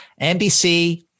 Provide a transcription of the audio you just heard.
NBC